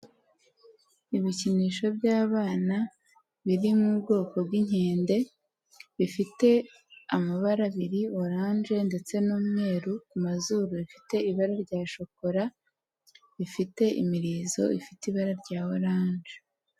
Ibikinisho byabana biri mu bwoko bw'inkende, bifite amabara abiri, orange ndetse n'umweru, ku mazuru bifite ibara rya shokora, bifite imirizo ifite ibara rya orange.